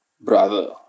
brother